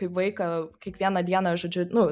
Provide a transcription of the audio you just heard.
kaip vaiką kiekvieną dieną žodžiu nu